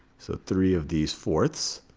so three of these fourths.